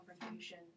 confrontation